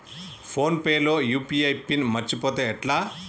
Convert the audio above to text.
Phone pay లో UPI pin మరచిపోతే ఎట్లా?